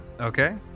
Okay